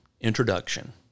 Introduction